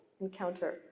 encounter